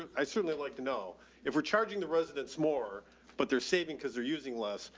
i certainly like to know if we're charging the residents more but they're saving cause they're using less.